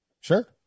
Sure